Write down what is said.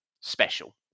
special